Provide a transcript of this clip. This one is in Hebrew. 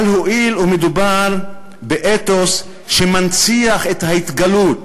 אבל הואיל ומדובר באתוס שמנציח את ההתגלות,